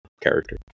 character